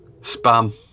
spam